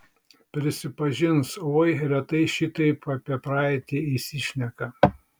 prisipažins oi retai šitaip apie praeitį įsišneka